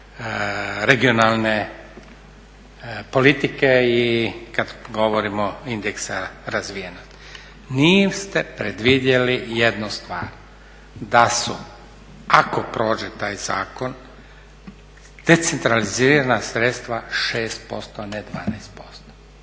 regionalne politike i kada govorimo o indeksu razvijenosti. Niste predvidjeli jednu stvar, da su ako prođe taj zakon decentralizirana sredstva 6% ne 12%.